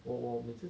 我我每次